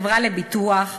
חברה לביטוח,